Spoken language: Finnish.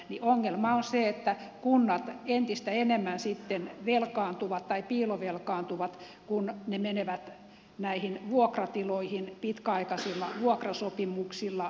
ongelma on se että kunnat entistä enemmän sitten velkaantuvat tai piilovelkaantuvat kun ne menevät näihin vuokratiloihin pitkäaikaisilla vuokrasopimuksilla